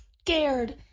scared